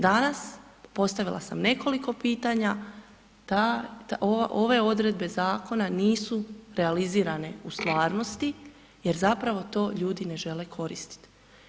Danas postavila sam nekoliko pitanja, ta, ove odredbe zakona nisu realizirane u stvarnosti jer zapravo to ljudi ne žele koristiti.